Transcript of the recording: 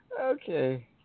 Okay